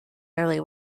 early